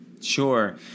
Sure